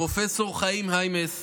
פרופ' חיים היימס,